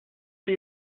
see